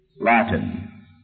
Latin